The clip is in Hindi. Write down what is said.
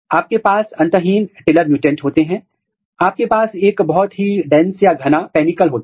हम मानते हैं कि यदि यह प्रमोटर है यह जीन है और यहां कंस्ट्रक्ट इनशर्ट हुआ है